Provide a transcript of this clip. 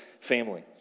family